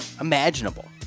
imaginable